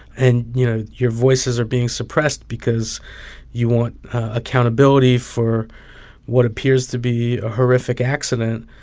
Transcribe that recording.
and, you know, your voices are being suppressed because you want accountability for what appears to be a horrific accident,